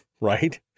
right